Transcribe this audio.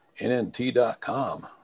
NNT.com